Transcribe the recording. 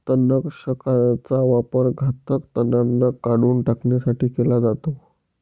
तणनाशकाचा वापर घातक तणांना काढून टाकण्यासाठी केला जातो